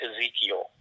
Ezekiel